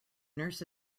nurse